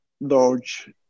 large